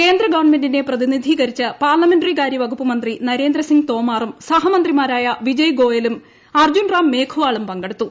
കേന്ദ്ര ഗവൺമെന്റിനെ പ്രതിനിധികരിച്ച് പാർലമെന്ററികാര്യ വകുപ്പ് മന്ത്രി നരേന്ദ്രസിംഗ് തോമാറും സഹമന്ത്രിമാരായ വിജയ് ഗോയലും അർജ്ജുൻ റാം മേഘ്വാളും പങ്കെടുത്തു